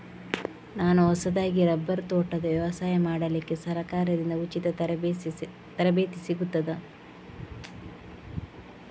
ನಾನು ಹೊಸದಾಗಿ ರಬ್ಬರ್ ತೋಟದ ವ್ಯವಸಾಯ ಮಾಡಲಿಕ್ಕೆ ಸರಕಾರದಿಂದ ಉಚಿತ ತರಬೇತಿ ಸಿಗುತ್ತದಾ?